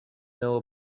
know